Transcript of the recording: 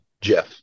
Jeff